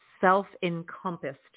self-encompassed